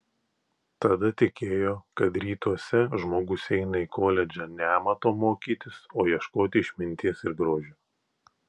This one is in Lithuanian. tada tikėjo kad rytuose žmogus eina į koledžą ne amato mokytis o ieškoti išminties ir grožio